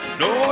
no